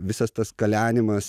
visas tas kalenimas